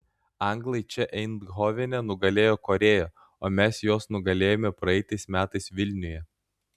anglai čia eindhovene nugalėjo korėją o mes juos nugalėjome praeitais metais vilniuje